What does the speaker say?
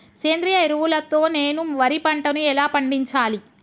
సేంద్రీయ ఎరువుల తో నేను వరి పంటను ఎలా పండించాలి?